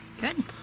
Good